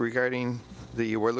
regarding the where the